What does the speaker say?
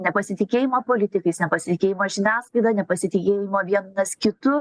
nepasitikėjimo politikais nepasitikėjimo žiniasklaida nepasitikėjimo vienas kitu